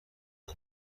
اون